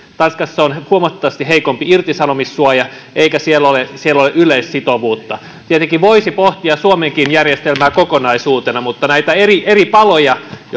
tanskassa on huomattavasti heikompi irtisanomissuoja eikä siellä ole siellä ole yleissitovuutta tietenkin voisi pohtia suomenkin järjestelmää kokonaisuutena mutta jos näitä eri eri paloja